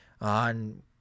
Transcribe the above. on